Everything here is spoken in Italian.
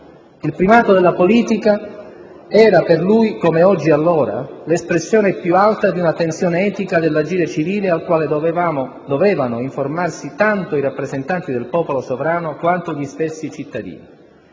Il primato della politica era per lui, oggi come allora, l'espressione più alta di una tensione etica dell'agire civile al quale dovevano informarsi tanto i rappresentanti del popolo sovrano quanto gli stessi cittadini.